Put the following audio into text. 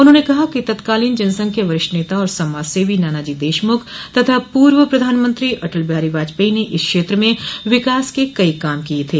उन्होंने कहा कि तत्कालीन जनसंघ के वरिष्ठ नेता और समाजसेवी नानाजी देशमुख तथा पूर्व प्रधानमंत्रो अटल बिहारी वाजपेई ने इस क्षेत्र में विकास के कई काम किये थे